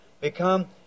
become